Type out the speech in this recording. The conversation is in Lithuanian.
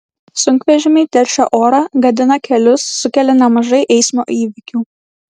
sunkvežimiai teršia orą gadina kelius sukelia nemažai eismo įvykių